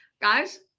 guys